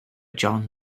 john